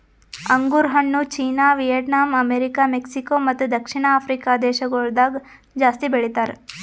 ಅಂಗುರ್ ಹಣ್ಣು China, Vietnam, America, Mexico ಮತ್ತ ದಕ್ಷಿಣ ಆಫ್ರಿಕಾ ದೇಶಗೊಳ್ದಾಗ್ ಜಾಸ್ತಿ ಬೆಳಿತಾರ್